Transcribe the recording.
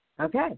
Okay